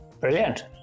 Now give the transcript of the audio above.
Brilliant